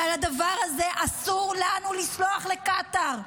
על הדבר הזה אסור לנו לסלוח לקטאר.